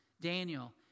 Daniel